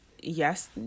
yes